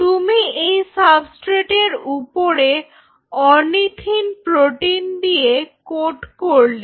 তুমি এই সাবস্ট্রেট এর উপরে অরনিথিন প্রোটিন দিয়ে কোট করলে